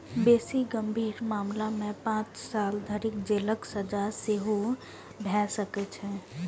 बेसी गंभीर मामला मे पांच साल धरि जेलक सजा सेहो भए सकैए